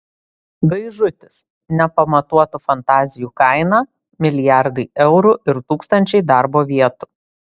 gaižutis nepamatuotų fantazijų kaina milijardai eurų ir tūkstančiai darbo vietų